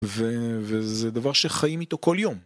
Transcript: וזה דבר שחיים איתו כל יום